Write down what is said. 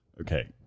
Okay